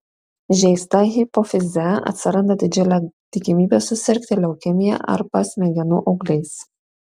žeista hipofize atsiranda didžiulė tikimybė susirgti leukemija arba smegenų augliais